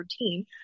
routine